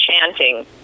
chanting